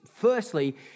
Firstly